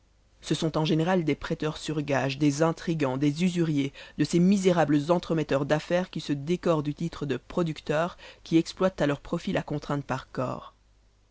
ce sont en général des prêteurs sur gage des intrigans des usuriers de ces misérables entremetteurs d'affaires qui se décorent du titre de producteur qui exploitent à leur profit la contrainte par corps